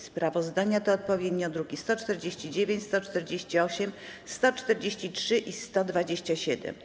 Sprawozdania to odpowiednio druki nr 148, 149, 143 i 127.